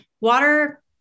water